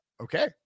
Okay